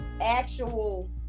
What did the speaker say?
actual